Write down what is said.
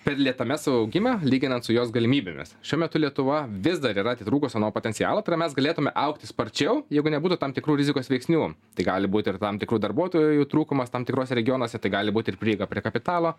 per lėtame savo augime lyginant su jos galimybėmis šiuo metu lietuva vis dar yra atitrūkusi nuo potencialo tai yra mes galėtume augti sparčiau jeigu nebūtų tam tikrų rizikos veiksnių tai gali būt ir tam tikrų darbuotojų trūkumas tam tikruose regionuose tai gali būt ir prieiga prie kapitalo